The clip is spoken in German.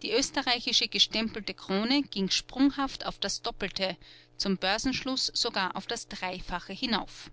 die österreichische gestempelte krone ging sprunghaft auf das doppelte zum börsenschluß sogar auf das dreifache hinauf